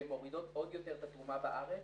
שהן מורידות עוד יותר את התרומה בארץ.